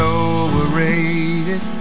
overrated